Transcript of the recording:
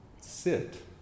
sit